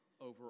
over